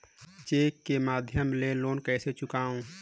Cheque के माध्यम ले लोन कइसे चुकांव?